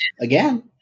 Again